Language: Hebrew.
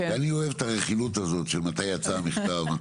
אני אוהב את הרכילות הזאת של מתי יצא המכתב?